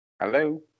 hello